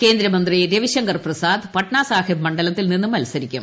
കേന്ദ്രമന്ത്രി രവിശങ്കർ പ്രസാദ് പട്നാസാഹിബ് മണ്ഡലത്തിൽ നിന്ന് മത്സരിക്കും